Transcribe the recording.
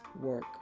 work